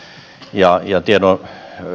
ja ja tiedon